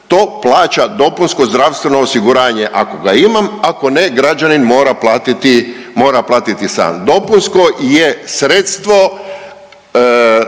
to plaća dopunsko zdravstveno osiguranje ako ga imam, ako ne građanin mora platiti, mora platiti sam. Dopunsko je sredstvo